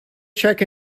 check